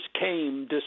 came